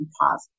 positive